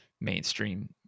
mainstream